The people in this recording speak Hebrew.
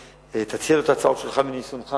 תציע לו את ההצעות שלך מניסיונך,